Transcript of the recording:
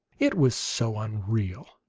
it was so unreal.